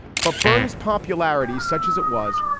but bernie's popularity, such as it was,